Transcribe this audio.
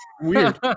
Weird